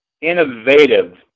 innovative